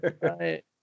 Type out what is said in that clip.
Right